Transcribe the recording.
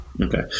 Okay